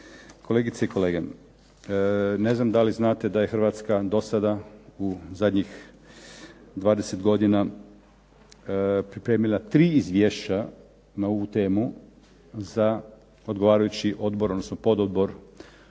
Kolegice i kolege, ne znam da li znate da je Hrvatska do sada u zadnjih 20 godina pripremila tri izvješća na ovu temu za odgovarajući odbor odnosno pododbor